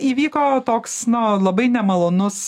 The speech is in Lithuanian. įvyko toks nu labai nemalonus